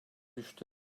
düştü